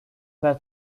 bad